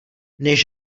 než